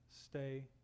stay